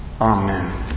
Amen